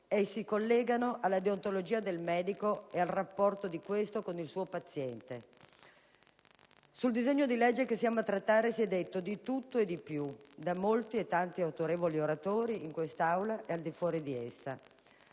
e si collegano alla deontologia del medico e al rapporto di questo con il suo paziente. Sul disegno di legge che siamo a trattare si è detto di tutto e di più, da molti autorevoli oratori in quest'Aula e al di fuori di essa.